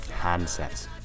handsets